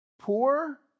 poor